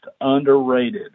underrated